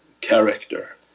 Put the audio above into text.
character